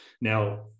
Now